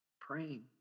praying